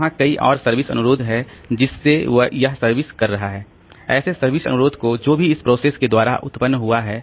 तो वहां कई और सर्विस अनुरोध है जिसे यह सर्विस कर रहा है ऐसे सर्विस अनुरोध को जो भी इस प्रोसेस के द्वारा उत्पन्न हुआ है